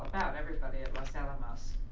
everybody at los alamos